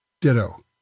ditto